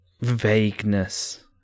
vagueness